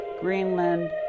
greenland